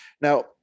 Now